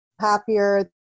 happier